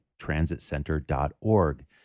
transitcenter.org